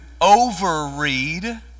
overread